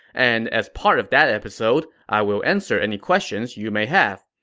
and as part of that episode, i will answer any questions you may have.